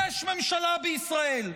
יש ממשלה בישראל.